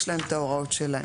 יש להם את ההוראות שלהם.